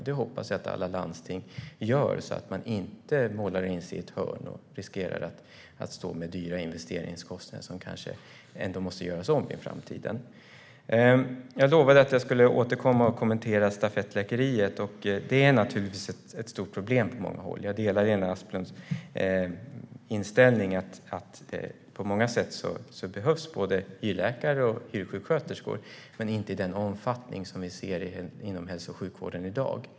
Det hoppas jag att alla landsting gör, så att de inte målar in sig i ett hörn och riskerar att stå med dyra investeringar som kanske ändå måste göras om i framtiden. Jag lovade att jag skulle återkomma och kommentera stafettläkeriet. Det är naturligtvis ett stort problem på många håll. Jag delar Lena Asplunds inställning att både hyrläkare och hyrsjuksköterskor behövs på många sätt, men inte i den omfattning som vi ser inom hälso och sjukvården i dag.